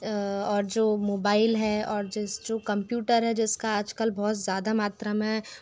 और जो मोबाइल है और जिस जो कम्प्यूटर है जिसका आजकल बहुत ज़्यादा मात्रा में